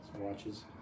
watches